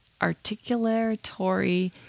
articulatory